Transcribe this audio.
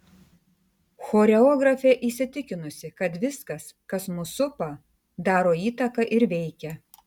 choreografė įsitikinusi kad viskas kas mus supa daro įtaką ir veikia